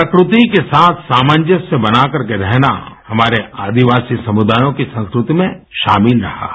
प्रकृति के साथ सामंजस्य बनाकर के रहना हमारे आदिवासी समुदायों की संस्कृति में शामिल रहा है